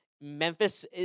Memphis